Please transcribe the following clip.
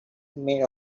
made